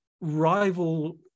rival